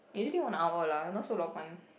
usually one hour lah not so long one